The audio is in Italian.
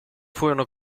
furono